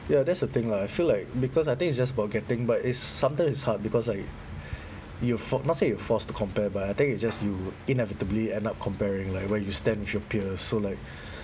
ya that's the thing lah I feel like because I think it's just about getting but it's sometimes it's hard because like you f~ not say you are forced to compare but I think it's just you inevitably end up comparing like where you stand with your peers so like